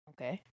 Okay